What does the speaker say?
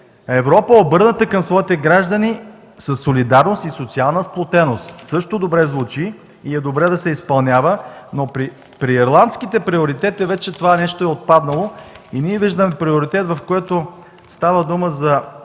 Европа, обърната към своите граждани със солидарност и социална сплотеност – също добре звучи и е добре да се изпълнява. При ирландските приоритети вече това нещо е отпаднало и ние виждаме приоритет, при който става дума за